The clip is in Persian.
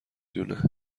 دونه